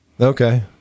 Okay